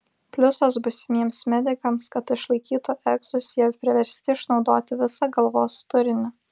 pliusas būsimiems medikams kad išlaikytų egzus jie priversti išnaudoti visą galvos turinį